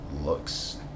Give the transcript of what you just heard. looks